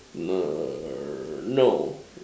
no